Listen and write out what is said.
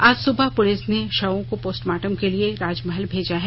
आज सुबह पुलिस ने शवों को पोस्टमार्टम के लिए राजमहल भेजा है